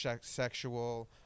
sexual